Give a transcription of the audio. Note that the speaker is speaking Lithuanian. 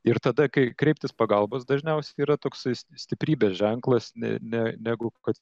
ir tada kai kreiptis pagalbos dažniausiai yra toksai stiprybės ženklas ne ne negu kad